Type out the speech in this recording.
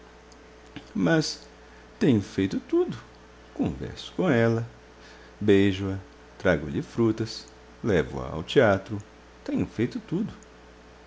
mas tenho feito tudo converso com ela beijo a trago-lhe frutas levo a ao teatro tenho feito tudo